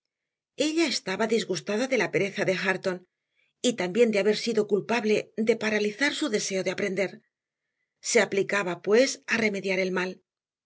ella estaba disgustada de la pereza de hareton y también de haber sido culpable de paralizar su deseo de aprender se aplicaba pues a remediar el mal